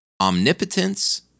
omnipotence